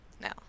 No